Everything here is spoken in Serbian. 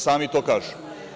Sami to kažu.